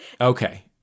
Okay